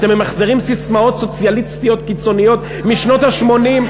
אתם ממחזרים ססמאות סוציאליסטיות קיצוניות משנות ה-80,